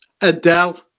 Adele